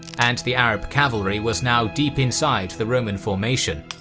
and the arab cavalry was now deep inside the roman formation.